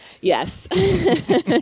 Yes